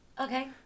Okay